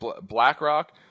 BlackRock